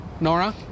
Nora